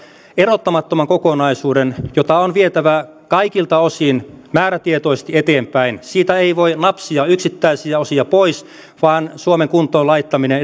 erottamattoman kokonaisuuden jota on vietävä kaikilta osin määrätietoisesti eteenpäin siitä ei voi napsia yksittäisiä osia pois vaan suomen kuntoonlaittaminen